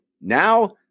now